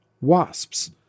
Wasps